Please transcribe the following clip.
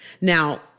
Now